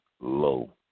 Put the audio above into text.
Low